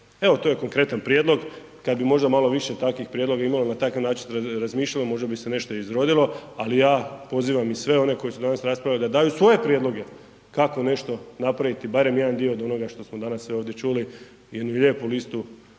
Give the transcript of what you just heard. Evo, to je konkretan prijedlog, kad bi možda malo više takvih prijedloga imali na takav način razmišljali, možda bi se nešto i izrodilo, ali ja pozivam i sve one koji su danas raspravljali da daju svoje prijedloge kako nešto napraviti, barem jedan dio od onoga što smo danas sve ovdje čuli. Jednu lijepu listu